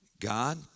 God